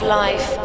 life